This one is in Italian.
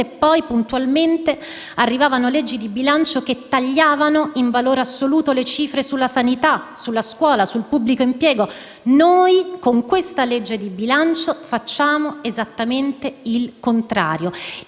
e, poi, puntualmente, arrivava una legge di stabilità che tagliava in valore assoluto le cifre sulla sanità, sulla scuola, sul pubblico impiego. Noi, con questa legge di bilancio, facciamo esattamente il contrario.